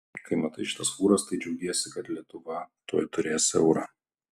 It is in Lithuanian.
kai matai šitas fūras tai džiaugiesi kad lietuva tuoj turės eurą